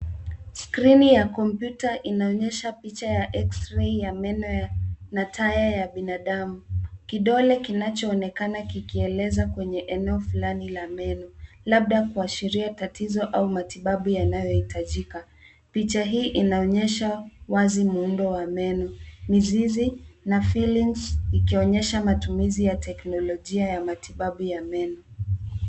Skrini ya kompyuta inaonyesha picha ya Xray ya meno na taya ya binadamu, kidole kinachoonekana kikieleza kwenye eneo fulani la meno, labda kuashiria tatizo au matibabu yanayohitajika. Picha hii inaonyesha wazi muundo wa meno, mizizi na fillings ikionyesha matumizi ya teknolojia ya matibabu ya meno.